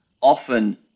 Often